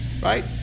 Right